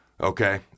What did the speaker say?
Okay